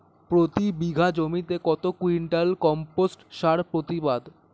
প্রতি বিঘা জমিতে কত কুইন্টাল কম্পোস্ট সার প্রতিবাদ?